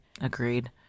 Agreed